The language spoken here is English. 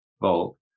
Volk